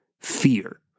fear